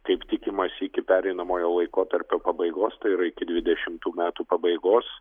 kaip tikimasi iki pereinamojo laikotarpio pabaigos tai yra iki dvidešimų metų pabaigos